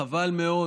חבל מאוד